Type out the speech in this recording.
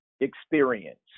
experience